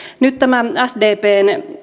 nyt tämä sdpn